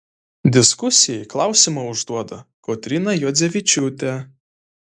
diskusijai klausimą užduoda kotryna juodzevičiūtė